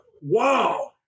wow